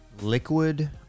liquid